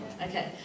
Okay